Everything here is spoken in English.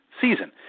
season